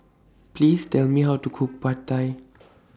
Please Tell Me How to Cook Pad Thai